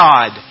God